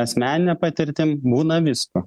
asmenine patirtim būna visko